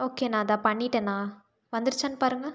okay அண்ணா இதோ பண்ணிவிட்டேண்ணா வந்துருச்சான்னு பாருங்கள்